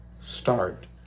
start